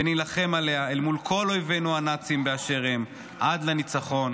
ונילחם עליה אל מול כל אויבינו הנאצים באשר הם עד לניצחון.